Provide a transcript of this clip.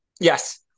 Yes